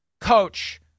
coach